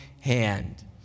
hand